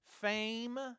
fame